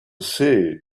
sea